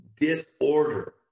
Disorder